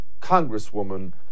Congresswoman